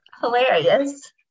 hilarious